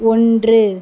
ஒன்று